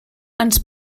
ens